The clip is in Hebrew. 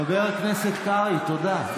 חבר הכנסת קרעי, תודה.